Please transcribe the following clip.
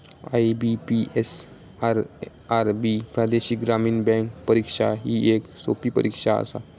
IBPS, RRB प्रादेशिक ग्रामीण bank परीक्षा ही येक सोपी परीक्षा आसा